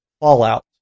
fallout